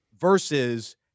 versus